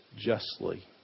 justly